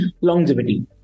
longevity